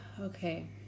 Okay